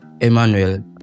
Emmanuel